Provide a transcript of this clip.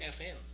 FM